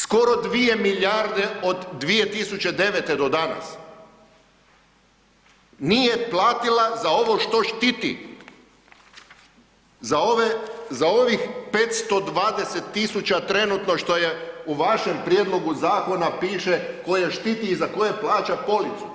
Skoro 2 milijarde od 2009.do danas nije platila za ovo što štiti, za ovih 520.000 trenutno što je u vašem prijedlogu zakona piše koje štiti i za koje plaća policu.